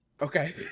Okay